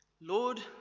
lord